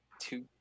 two